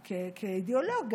כאידיאולוג,